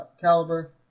caliber